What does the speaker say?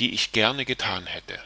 die ich gerne gethan hätte